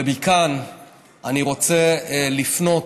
ומכאן אני רוצה לפנות